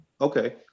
Okay